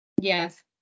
yes